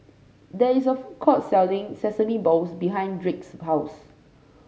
there is a food court selling Sesame Balls behind Drake's house